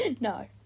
No